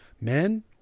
Men